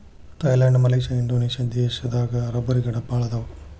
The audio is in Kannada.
ಥೈಲ್ಯಾಂಡ ಮಲೇಷಿಯಾ ಇಂಡೋನೇಷ್ಯಾ ದೇಶದಾಗ ರಬ್ಬರಗಿಡಾ ಬಾಳ ಅದಾವ